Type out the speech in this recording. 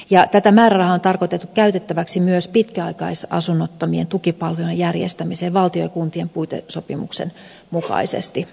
tätä määrärahaa on tarkoitettu käytettäväksi myös pitkäaikaisasunnottomien tukipalvelujen järjestämiseen valtion ja kuntien puitesopimuksen mukaisesti